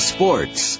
Sports